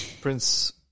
Prince